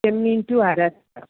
Chemmeen to Aarachar